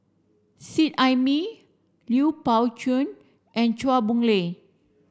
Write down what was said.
Seet Ai Mee Lui Pao Chuen and Chua Boon Lay